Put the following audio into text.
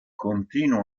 continuo